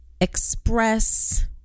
express